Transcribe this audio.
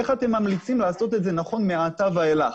איך אתם ממליצים לעשות את זה נכון מעתה ואילך.